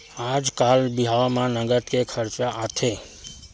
आजकाल बिहाव म नँगत के खरचा आथे